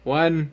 one